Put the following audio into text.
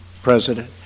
President